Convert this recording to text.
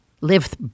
live